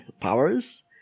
powers